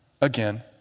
again